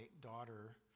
daughter